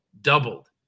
doubled